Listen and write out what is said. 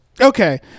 Okay